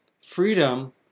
freedom